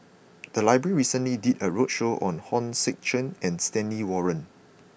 the library recently did a roadshow on Hong Sek Chern and Stanley Warren